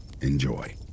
Enjoy